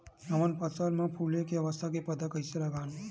हमन फसल मा फुले के अवस्था के पता कइसे लगावन?